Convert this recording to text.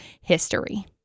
history